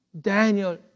Daniel